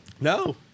no